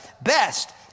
best